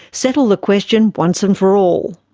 settle the question once and for all?